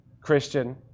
Christian